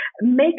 make